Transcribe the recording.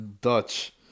Dutch